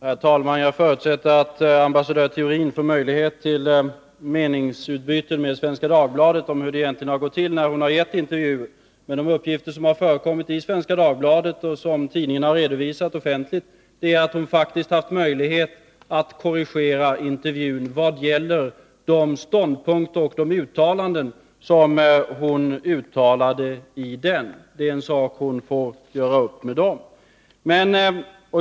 Herr talman! Jag förutsätter att ambassadör Theorin får möjlighet till meningsutbyte med Svenska Dagbladet om hur det egentligen har gått till när hon gett intervjun. Men de uppgifter som har förekommit i Svenska Dagbladet och som tidningen har redovisat offentligt är att hon faktiskt haft möjlighet att korrigera intervjun vad gäller de ståndpunkter och de uttalanden som hon redovisade i den. Det är en sak som hon får göra upp med tidningen.